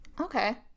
Okay